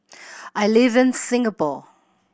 I live in Singapore